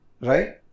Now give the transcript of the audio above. right